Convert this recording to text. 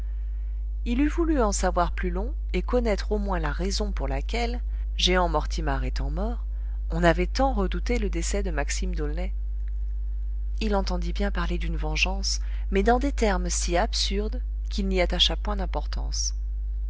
il eût voulu en savoir plus long et connaître au moins la raison pour laquelle jehan mortimar étant mort on avait tant redouté le décès de maxime d'aulnay il entendit bien parler d'une vengeance mais dans des termes si absurdes qu'il n'y attacha point d'importance